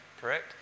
correct